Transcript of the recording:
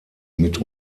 mit